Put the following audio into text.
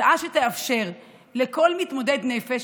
הצעה שתאפשר לכל מתמודד נפש,